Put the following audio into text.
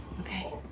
Okay